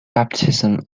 baptism